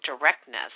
directness